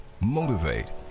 motivate